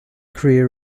career